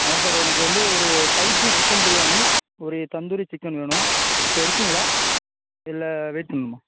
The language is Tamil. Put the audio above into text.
அதான் சார் எனக்கு வந்து ஒரு ஸ்பைசி சிக்கன் பிரியாணி ஒரு தந்தூரி சிக்கன் வேணும் இப்போ இருக்குதுங்களா இல்லை வெயிட் பண்ணணுமா